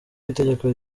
w’itegeko